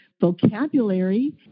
vocabulary